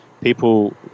people